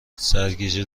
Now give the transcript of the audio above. سرگیجه